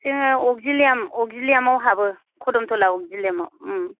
जोङो अकजिलियेम अकजिलियेम आव हाबो खोदोमथला अकजिलियेम आव